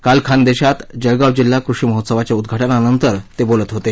काल खान्देशात जळगाव जिल्हा कृषी महोत्सवाच्या उद्घाटनानंतर ते बोलत होते